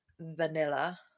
vanilla